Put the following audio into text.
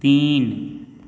तीन